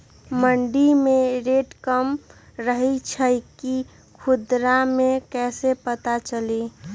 मंडी मे रेट कम रही छई कि खुदरा मे कैसे पता चली?